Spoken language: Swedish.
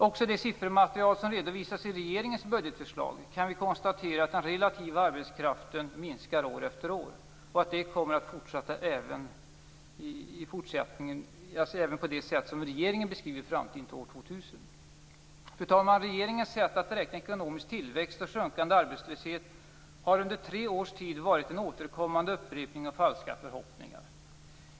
Också i det siffermaterial som redovisas i regeringens budgetförslag kan vi konstatera att den relativa arbetskraften minskar år efter år och att det kommer att fortsätta även med det sätt som regeringen beskriver framtiden till år 2000. Fru talman! Regeringens sätt att räkna ekonomisk tillväxt och sjunkande arbetslöshet har under tre års tid varit en återkommande upprepning av falska förhoppningar.